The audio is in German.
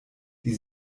die